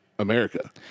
America